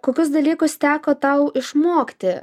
kokius dalykus teko tau išmokti